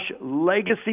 Legacy